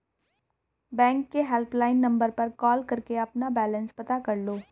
bank के helpline number पर call करके अपना बैलेंस पता कर लो